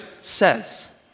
says